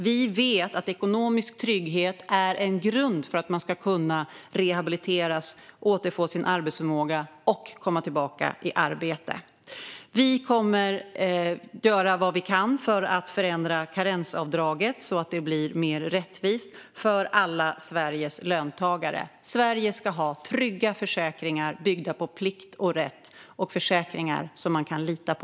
Vi vet att ekonomisk trygghet är en grund för att man ska kunna rehabiliteras, återfå sin arbetsförmåga och komma tillbaka i arbete. Vi kommer att göra vad vi kan för att förändra karensavdraget så att det blir mer rättvist för alla Sveriges löntagare. Sverige ska ha trygga försäkringar som är byggda på plikt och rätt och försäkringar som man kan lita på.